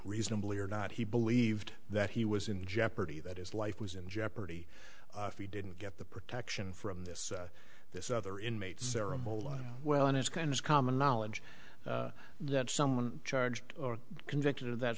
reasonably or not he believed that he was in jeopardy that is life was in jeopardy if he didn't get the protection from this this other inmate ceremony well in his kind is common knowledge that someone charged or convicted of that